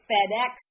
FedEx